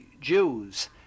Jews